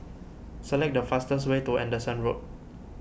select the fastest way to Anderson Road